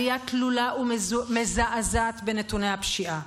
עלייה תלולה ומזעזעת בנתוני הפשיעה.